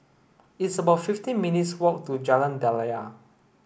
it's about fifteen minutes' walk to Jalan Daliah